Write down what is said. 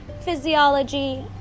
physiology